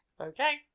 Okay